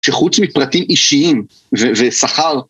שחוץ מפרטים אישיים ושכר.